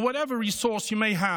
or whatever resource you may have,